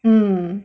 mm